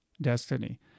destiny